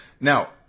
Now